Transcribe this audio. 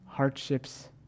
hardships